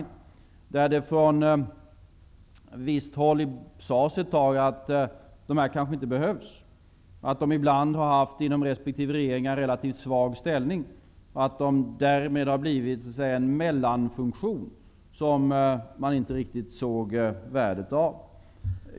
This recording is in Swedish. Ett tag sades det från ett visst håll att de kanske inte behövs, att de ibland inom resp. regeringar har haft relativt svag ställning och att de därmed har blivit en mellanfunktion som man inte såg värdet av.